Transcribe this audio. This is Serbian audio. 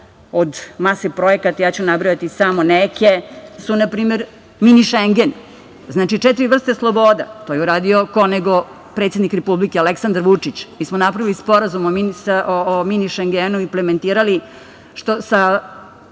od mase projekat, ja ću nabrojati samo neke, su na primer „Mini Šengen“, znači, četiri vrste sloboda. To je uradio ko, nego predsednik Aleksandar Vučić. Mi smo napravili Sporazum „Mini Šengenom“ i implementirali,